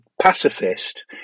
pacifist